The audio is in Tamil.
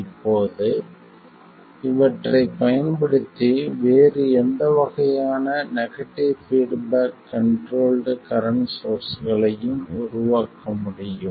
இப்போது இவற்றைப் பயன்படுத்தி வேறு எந்த வகையான நெகடிவ் பீட்பேக் கண்ட்ரோல்ட் கரண்ட் சோர்ஸ்களையும் உருவாக்க முடியும்